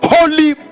Holy